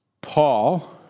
Paul